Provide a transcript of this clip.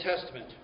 Testament